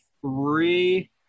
three